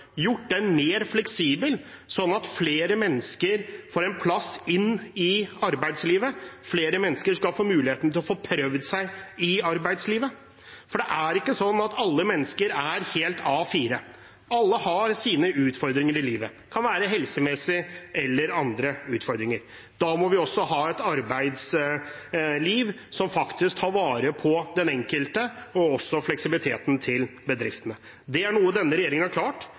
gjort den mer fleksibel, slik at flere mennesker får en plass i arbeidslivet, slik at flere skal få mulighet til å få prøvd seg i arbeidslivet. For det er ikke slik at alle mennesker er helt A4. Alle har sine utfordringer i livet. Det kan være helsemessige eller andre utfordringer. Da må vi ha et arbeidsliv som faktisk tar vare på både den enkelte og fleksibiliteten til bedriftene. Det er noe denne regjeringen har klart,